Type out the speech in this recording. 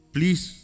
Please